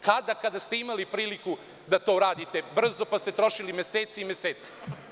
Kada, kada ste imali priliku da to radite brzo, pa ste trošili mesece i mesece?